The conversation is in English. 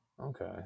Okay